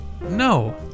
no